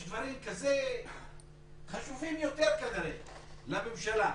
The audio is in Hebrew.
יש דברים חשובים יותר כנראה לממשלה.